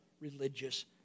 religious